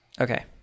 Okay